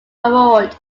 award